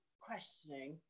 questioning